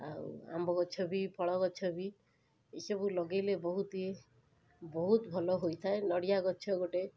ଆଉ ଆମ୍ବ ଗଛ ବି ଫଳ ଗଛ ବି ଏସବୁ ଲଗାଇଲେ ବହୁତ ଇଏ ବହୁତ ଭଲ ହୋଇଥାଏ ନଡ଼ିଆ ଗଛ ଗୋଟେ